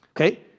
Okay